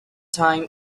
time